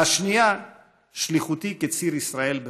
השנייה שליחותי כציר ישראל במוסקבה".